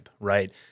right